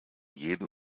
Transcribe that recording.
jeden